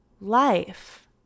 life